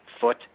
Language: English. foot